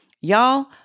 Y'all